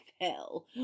hell